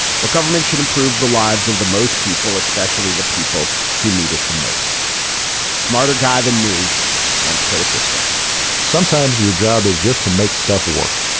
but government should improve the lives of the most people, especially the people who need it the most. a smarter guy than me once put it this way sometimes your job is just to make stuff work.